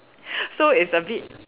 so it's a bit